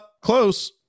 close